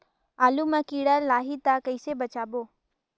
आलू मां कीड़ा लाही ता कइसे बचाबो?